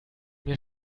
mir